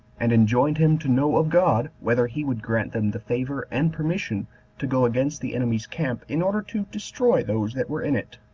and enjoined him to know of god whether he would grant them the favor and permission to go against the enemy's camp, in order to destroy those that were in it.